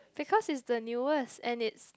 because is the newest and it's